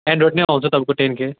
Android नै आउँछ तपाईँको टेन के